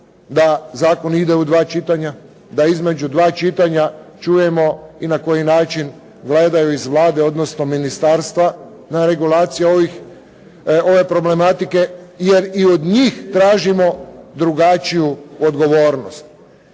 da zakon ide u dva čitanja, da između dva čitanja čujemo i na koji način gledaju iz Vlade, odnosno ministarstva na regulaciju ove problematike jer i od njih tražimo drugačiju odgovornost